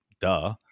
duh